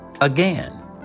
Again